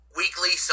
weekly